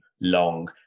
long